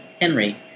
Henry